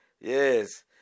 Yes